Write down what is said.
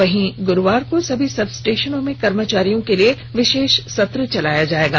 वहीं गुरूवार को सभी सबस्टेशनों में कर्मचारियों को लिए विशेष सत्र चलाया गया है